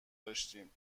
داشتیم